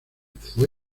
fue